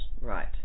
Right